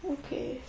okay